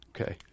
Okay